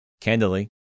candidly